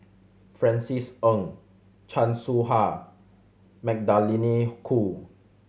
Francis Ng Chan Soh Ha Magdalene Khoo